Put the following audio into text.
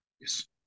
yes